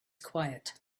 quiet